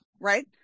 Right